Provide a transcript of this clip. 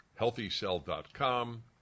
HealthyCell.com